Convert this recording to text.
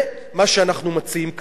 זה מה שאנחנו מציעים כאן.